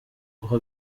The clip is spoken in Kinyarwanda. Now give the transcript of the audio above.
uha